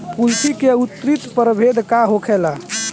कुलथी के उन्नत प्रभेद का होखेला?